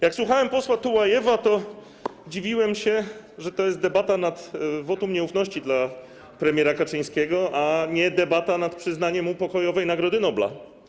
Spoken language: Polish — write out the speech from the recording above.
Jak słuchałem posła Tułajewa, to dziwiłem się, że to jest debata nad wotum nieufności dla premiera Kaczyńskiego, a nie debata nad przyznaniem mu Pokojowej Nagrody Nobla.